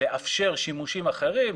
לאפשר שימושים אחרים,